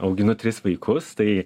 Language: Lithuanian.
auginu tris vaikus tai